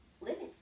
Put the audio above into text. limits